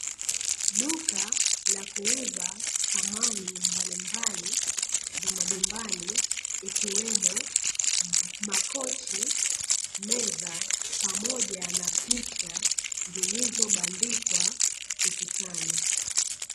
Duka la kuuza samani mbalimbali za majumbani ikiwemo makochi, meza pamoja na picha zilizobandikwa ukutani.